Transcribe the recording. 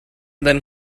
then